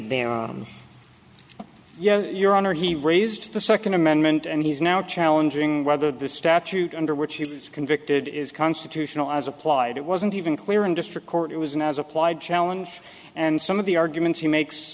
bear yes your honor he raised the second amendment and he's now challenging whether the statute under which he was convicted is constitutional as applied it wasn't even clear in district court it was an as applied challenge and some of the arguments he makes